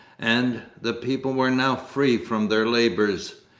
and the people were now free from their labours.